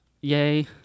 yay